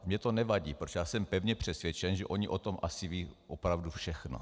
Mně to nevadí, protože jsem pevně přesvědčen, že oni o tom asi vědí opravdu všechno.